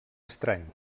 estrany